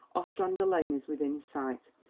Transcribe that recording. ostrander lane is within sight.